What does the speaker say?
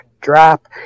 drop